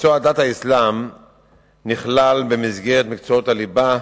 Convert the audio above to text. מקצוע דת האסלאם נכלל במסגרת מקצועות הליבה,